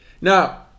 Now